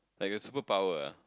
like a super power ah